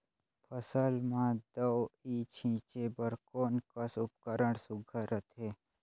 फसल म दव ई छीचे बर कोन कस उपकरण सुघ्घर रथे?